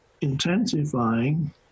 intensifying